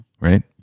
right